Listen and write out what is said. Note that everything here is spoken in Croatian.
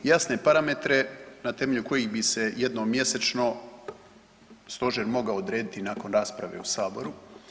Jasne parametre na temelju kojih bi se jednom mjesečno Stožer mogao odrediti nakon rasprave u Saboru.